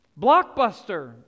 Blockbuster